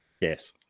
Yes